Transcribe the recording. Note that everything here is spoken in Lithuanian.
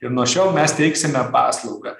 ir nuo šiol mes teiksime paslaugą